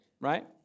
right